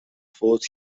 فوت